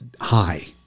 High